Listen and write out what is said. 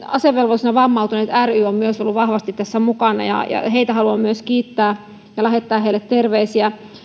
asevelvollisena vammautuneet ry on myös ollut vahvasti tässä mukana ja ja myös heitä haluan kiittää ja lähettää heille terveisiä